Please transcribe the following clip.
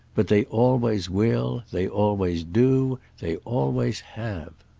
but they always will they always do they always have.